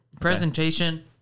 Presentation